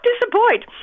disappoint